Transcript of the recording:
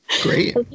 great